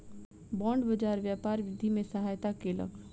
bond बाजार व्यापार वृद्धि में सहायता केलक